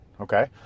Okay